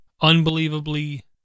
unbelievably